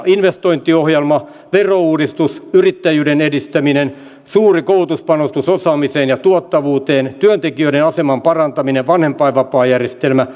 investointiohjelma verouudistus yrittäjyyden edistäminen suuri koulutuspanostus osaamiseen ja tuottavuuteen työntekijöiden aseman parantaminen vanhempainvapaajärjestelmä